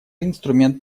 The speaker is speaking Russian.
инструмент